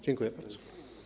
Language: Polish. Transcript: Dziękuję bardzo.